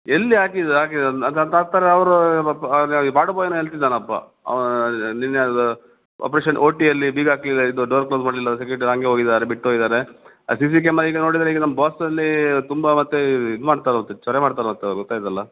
ಎಲ್ಲಿ ಹಾಕಿದು ಹಾಕಿದು ಅವರು ಪಾಪ ಅಲ್ಲೇ ಹಾಗೆ ವಾರ್ಡ್ ಬಾಯ್ ಏನೋ ಹೇಳ್ತಿದ್ದಾನಪ್ಪಾ ನಿನ್ನೆ ಅದು ಆಪರೇಷನ್ ಒ ಟಿಯಲ್ಲಿ ಬೀಗ ಹಾಕಲಿಲ್ಲ ಇದು ಡೋರ್ ಕ್ಲೋಸ್ ಮಾಡಲಿಲ್ಲ ಸೆಕ್ಯೂರಿಟಿ ಹಾಗೇ ಹೋಗಿದ್ದಾರೆ ಬಿಟ್ಟು ಹೋಗಿದ್ದಾರೆ ಆ ಸಿ ಸಿ ಕ್ಯಾಮೆರಾ ಈಗ ನೋಡಿದರೆ ಈಗ ನಮ್ಮ ಬಾಸ್ ಅಲ್ಲಿ ತುಂಬ ಮತ್ತೆ ಇದು ಮಾಡ್ತಾರೆ ಮತ್ತೆ ಚೊರೆ ಮಾಡ್ತಾರೆ ಮತ್ತೆ ಅವರು ಗೊತ್ತಾಯಿತಲ್ಲ